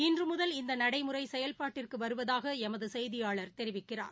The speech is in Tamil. இன்றுமுதல் இந்தநடைமுறைசெயல்பாட்டிற்குவருவதாகளமதுசெய்தியாளர் தெரிவிக்கிறார்